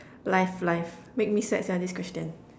life life make me sad sia this question